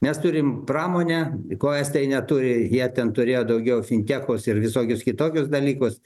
mes turim pramonę ko estai neturi jie ten turėjo daugiau fintechus ir visokius kitokius dalykus